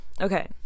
Okay